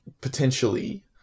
potentially